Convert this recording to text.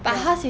ya